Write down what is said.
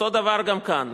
אותו הדבר גם כאן.